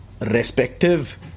respective